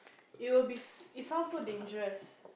it will be it sounds so dangerous